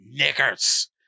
niggers